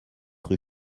rue